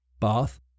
bath